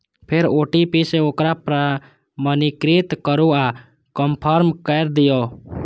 फेर ओ.टी.पी सं ओकरा प्रमाणीकृत करू आ कंफर्म कैर दियौ